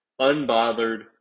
unbothered